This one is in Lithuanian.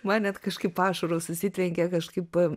man net kažkaip ašaros susitrenkė kažkaip